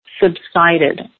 subsided